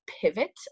pivot